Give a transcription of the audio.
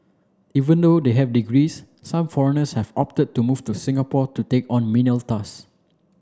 even though they have degrees some foreigners have opted to move to Singapore to take on menial task